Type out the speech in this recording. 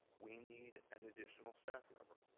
we need an additional staff member.